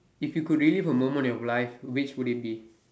if you could relive a moment of your life which would it be